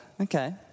Okay